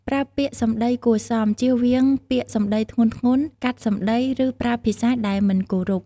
ប្រើពាក្យសម្ដីគួរសម ជៀសវាងពាក្យសម្ដីធ្ងន់ៗ កាត់សម្ដី ឬប្រើភាសាដែលមិនគោរព។